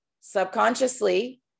subconsciously